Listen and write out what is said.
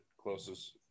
closest